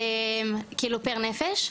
כאילו פר נפש,